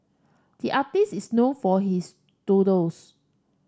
the artist is known for his doodles